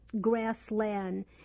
grassland